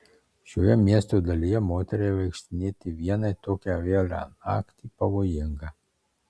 šioje miesto dalyje moteriai vaikštinėti vienai tokią vėlią naktį pavojinga